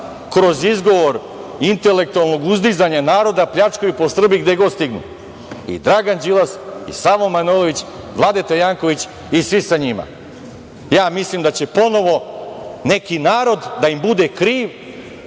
kroz izgovor intelektualnog uzdizanja naroda, pljačkaju po Srbiji gde god stignu, i Dragan Đilas i Savo Manojlović, Vladeta Janković i svi sa njima. Ja mislim da će ponovo neki narod da im bude kriv